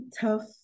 tough